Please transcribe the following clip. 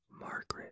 Margaret